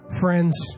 friends